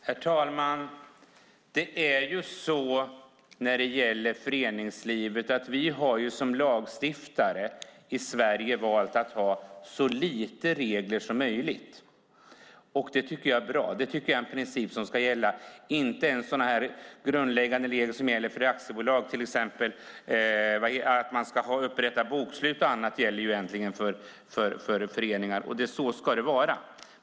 Herr talman! När det gäller föreningslivet har vi som lagstiftare i Sverige valt att ha så lite regler som möjligt. Det tycker jag är bra. Det tycker jag är en princip som ska gälla. När det gäller grundläggande regler för aktiebolag, till exempel att man ska upprätta bokslut och annat, gäller dessa äntligen inte för föreningar, och så ska det vara.